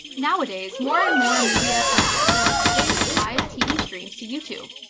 nowadays more and more media outlets are and adding live tv streams to youtube.